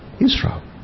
Israel